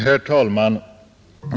Herr talman!